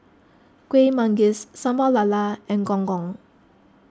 Kueh Manggis Sambal Lala and Gong Gong